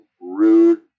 rude